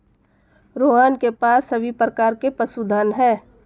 रोहन के पास सभी प्रकार के पशुधन है